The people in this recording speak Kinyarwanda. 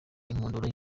inkundura